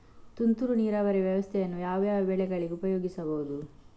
ತುಂತುರು ನೀರಾವರಿ ವ್ಯವಸ್ಥೆಯನ್ನು ಯಾವ್ಯಾವ ಬೆಳೆಗಳಿಗೆ ಉಪಯೋಗಿಸಬಹುದು?